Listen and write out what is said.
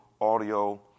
audio